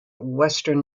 western